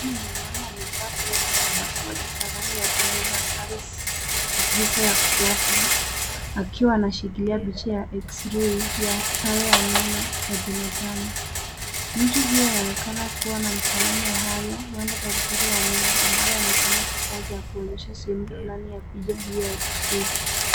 Huyu ni mwanaume amevaa glovu za upasuaji za rangi ya bluu na sare ya kisa ya kiafya akiwa anashikilia picha ya eskirei ya taya ya meno ya binadamu. Mtu huyo anaonekana kuwa na huenda daktari wa meno ambaye anatumia kifaa cha kuonyesha sehemu fulani ya picha hio ya eskirei.